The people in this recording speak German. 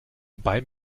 beim